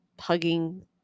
hugging